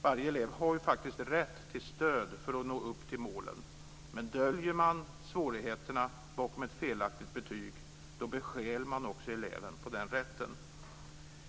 Varje elev har faktiskt rätt till stöd för att nå upp till målen, men döljer man svårigheterna bakom ett felaktigt betyg bestjäl man också eleven på den rätten.